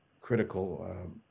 critical